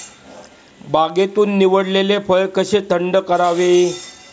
बागेतून निवडलेले फळ कसे थंड करावे?